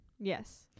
Yes